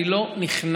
אני לא נכנס